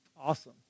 Awesome